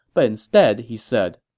but instead, he said,